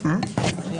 בבקשה.